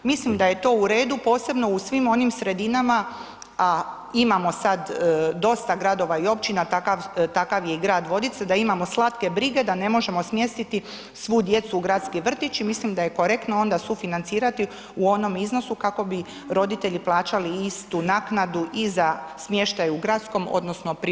Mislim da je to u redu, posebno u svim onim sredinama, a imamo sad dosta gradova i općina, takav je i grad Vodice, da imamo slatke brige, da ne možemo smjestiti svu djecu u gradski vrtić i mislim da je korektno onda sufinancirati u onom iznosu kako bi roditelji plaćali istu naknadu i za smještaj u gradskom, odnosno privatnom vrtiću.